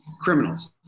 criminals